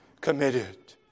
committed